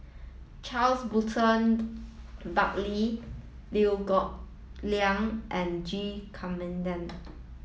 Charles Burton Buckley Liew Geok Leong and G Kandasamy